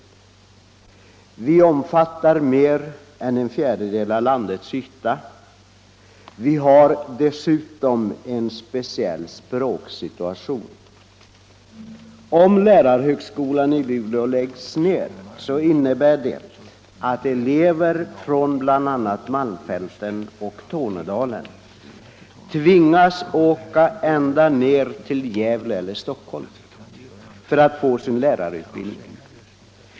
Norrbotten omfattar mer än en fjärdedel av landets yta. Vi har dessutom en speciell språksituation. Om lärarhögskolan i Luleå läggs ned innebär det att elever från bl.a. Malmfälten och Tornedalen tvingas åka ända ned till Gävle eller Stockholm för att få sin lärarutbildning.